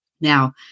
Now